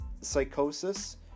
psychosis